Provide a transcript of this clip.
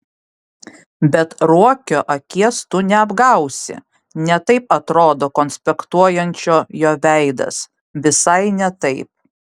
bet ruokio akies tu neapgausi ne taip atrodo konspektuojančio jo veidas visai ne taip